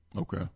Okay